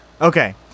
okay